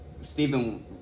Stephen